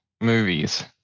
movies